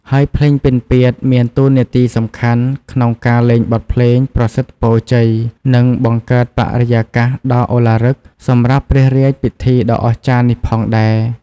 ហើយភ្លេងពិណពាទ្យមានតួនាទីសំខាន់ក្នុងការលេងបទភ្លេងប្រសិទ្ធពរជ័យ និងបង្កើតបរិយាកាសដ៏ឱឡារឹកសម្រាប់ព្រះរាជពិធីដ៏អស្ចារ្យនេះផងដែរ។